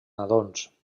nadons